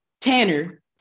Tanner